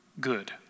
good